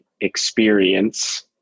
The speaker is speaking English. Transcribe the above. experience